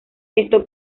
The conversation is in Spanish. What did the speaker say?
esto